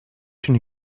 une